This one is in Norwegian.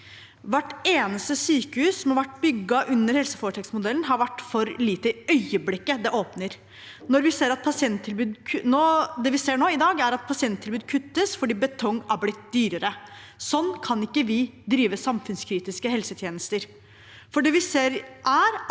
Hvert eneste sykehus som har vært bygget under helseforetaksmodellen, har vært for lite i det øyeblikket det åpner. I dag ser vi at pasienttilbudet kuttes fordi betong er blitt dyrere. Sånn kan vi ikke drive samfunnskritiske helsetjenester.